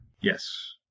Yes